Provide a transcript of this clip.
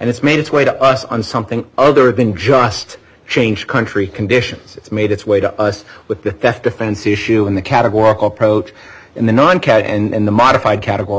and it's made its way to us on something other than just change country conditions it's made its way to us but the best defense issue in the category approach in the non cash and the modified categor